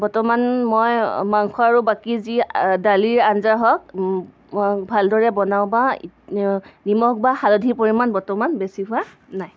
বৰ্তমান মই মাংস আৰু বাকী যি দালিৰ আঞ্জা হওক ভালদৰে বনাওঁ বা নিমখ বা হালধিৰ পৰিমাণ বৰ্তমান বেছি হোৱা নাই